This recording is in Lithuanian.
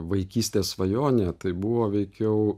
vaikystės svajonė tai buvo veikiau